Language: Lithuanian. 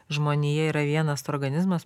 žmonija yra vienas organizmas